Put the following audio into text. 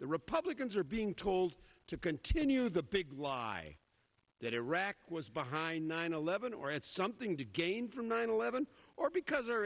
the republicans are being told to continue the big lie that iraq was behind nine eleven or at something to gain from nine eleven or because our